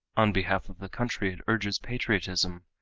on behalf of the country it urges patriotism,